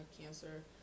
Cancer